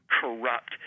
corrupt